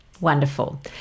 Wonderful